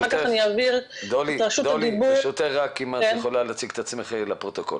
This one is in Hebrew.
אם תוכלי להציג את עצמך לפרוטוקול.